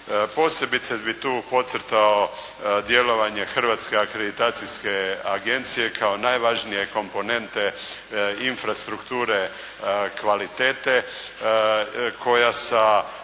Posebice bih tu podcrtao djelovanje Hrvatske akreditacijske agencije kao najvažnije komponente infrastrukture kvalitete koja sa